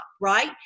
right